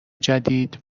جدید